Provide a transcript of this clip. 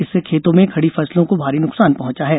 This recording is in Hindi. इससे खेतों में खड़ी फसलों को भारी नुकसान पहुंचा है